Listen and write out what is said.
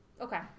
Okay